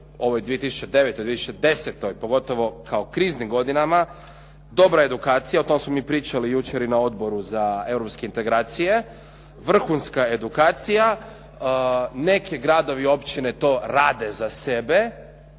ovoj 2009., 2010. pogotovo kao kriznim godinama, dobra edukacija. O tome smo mi pričali jučer i na Odboru za europske integracije, vrhunska edukacija. Neke gradovi i općine to rade za sebe,